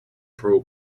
pro